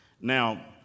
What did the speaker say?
Now